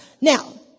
Now